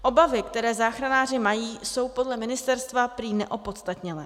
Obavy, které záchranáři mají, jsou podle ministerstva prý neopodstatněné.